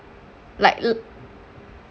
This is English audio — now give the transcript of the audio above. like